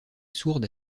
sourde